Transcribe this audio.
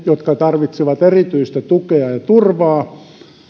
jotka tarvitsevat erityistä tukea ja turvaa